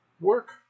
work